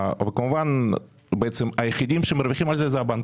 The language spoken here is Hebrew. כמובן בעצם היחידים שמרוויחים על זה, זה הבנקים.